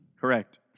Correct